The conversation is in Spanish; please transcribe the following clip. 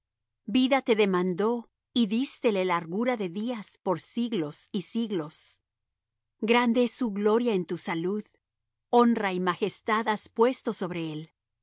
vida te demandó y dístele largura de días por siglos y siglos grande es su gloria en tu salud honra y majestad has puesto sobre él